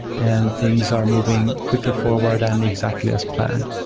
and things are moving quickly forward and exactly as planned.